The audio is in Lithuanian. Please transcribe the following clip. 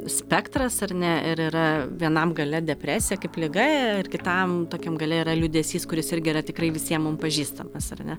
spektras ar ne ir yra vienam gale depresija kaip liga ir kitam tokiam gale yra liūdesys kuris irgi yra tikrai visiem mum pažįstamas ar ne